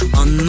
on